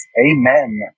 Amen